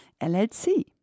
LLC